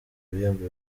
ibihembo